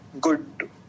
good